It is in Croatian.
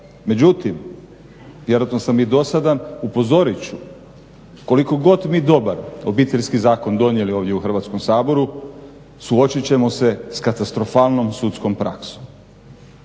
Međutim, vjerojatno sam i dosadan, upozorit ću koliko god mi dobar Obiteljski zakon donijeli ovdje u Hrvatskom saboru suočit ćemo se s katastrofalnom sudskom praksom.